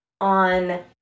on